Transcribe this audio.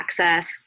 access